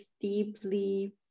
deeply